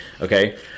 Okay